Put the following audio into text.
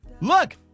Look